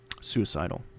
suicidal